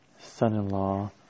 son-in-law